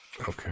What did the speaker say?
Okay